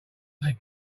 they